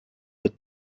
the